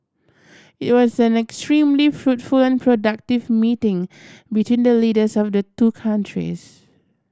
it was an extremely fruitful and productive meeting between the leaders of the two countries